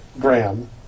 Graham